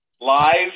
live